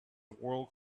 world